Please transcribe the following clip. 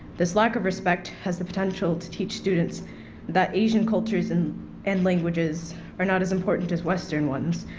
this lack of respect has the potential to teach students that asian cultures and and languages are not as important as western ones.